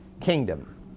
kingdom